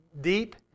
deep